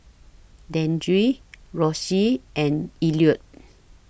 Dandre Rosy and Elliott